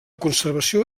conservació